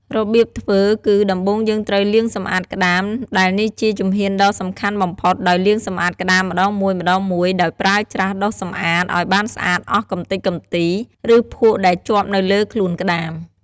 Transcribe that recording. របៀបធ្វើគឺ ដំបូងយើងត្រូវលាងសម្អាតក្ដាម ដែលនេះជាជំហានដ៏សំខាន់បំផុត ដោយលាងសម្អាតក្ដាមម្តងមួយៗដោយប្រើច្រាស់ដុសសម្អាតឲ្យបានស្អាតអស់កម្ទេចកម្ទី ឬភក់ដែលជាប់នៅលើខ្លួនក្ដាម ។